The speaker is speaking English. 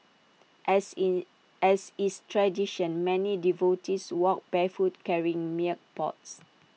as in as is tradition many devotees walked barefoot carrying milk pots